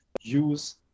use